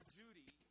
duty